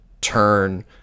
turn